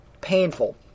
painful